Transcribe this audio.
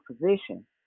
position